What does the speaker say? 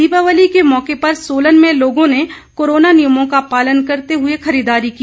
दीपावली के मौके पर सोलन में लोगों ने कोरोना नियमों का पालन करते हुए खरीददारी की